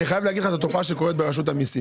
אני חייב להגיד לך שזאת תופעה שקורית ברשות המיסים.